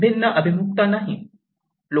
भिन्न अभिमुखता नाही